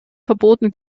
verboten